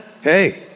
hey